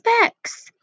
specs